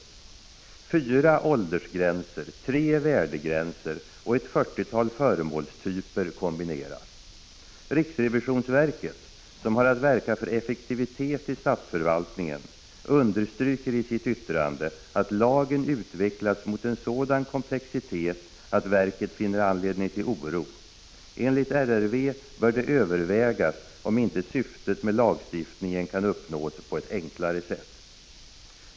Fyra åldersgränser, tre värdegränser och ett 40-tal föremålstyper kombineras. Riksrevisionsverket, som har att verka för effektivitet i statsförvaltningen, understryker i sitt yttrande att lagen utvecklats mot en sådan komplexitet att verket finner anledning till oro. Enligt RRV bör det övervägas om inte syftet med lagstiftningen kan uppnås på ett enklare sätt.